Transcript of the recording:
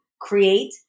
create